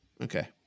Okay